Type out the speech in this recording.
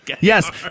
yes